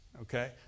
okay